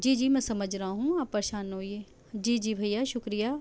جی جی میں سمجھ رہا ہوں آپ پریشان نہ ہوئیے جی جی بھیا شکریہ